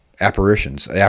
apparitions